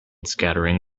scattering